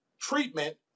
treatment